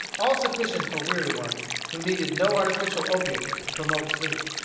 all sufficient for weary ones, who needed no artificial opiate to promote sleep.